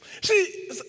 See